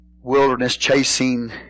wilderness-chasing